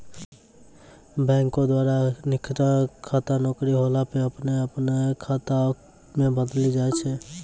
बैंको द्वारा अखिनका खाता नौकरी होला पे अपने आप वेतन खाता मे बदली जाय छै